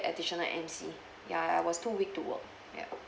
additional M_C ya I was too weak to work ya